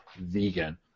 vegan